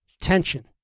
tension